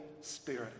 Spirit